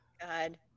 God